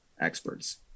experts